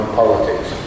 politics